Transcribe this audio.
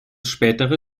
spätere